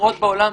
אחרות בעולם.